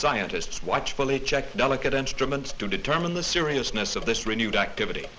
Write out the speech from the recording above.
scientists watch fully checked delicate instruments to determine the seriousness of this renewed activity